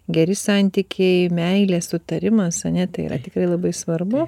geri santykiai meilė sutarimas ane tai yra tikrai labai svarbu